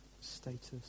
status